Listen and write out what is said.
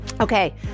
Okay